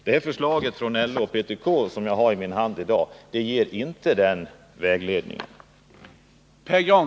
Det förslag från LO och PTK som jag har i min hand i dag ger emellertid inte den vägledningen.